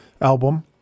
album